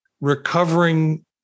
recovering